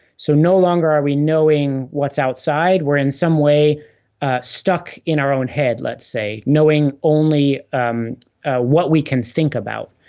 so no longer are we knowing what's outside we're in some way stuck in our own head, let's say knowing only what we can think about,